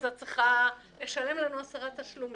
אז את צריכה לשלם לנו עשרה תשלומים.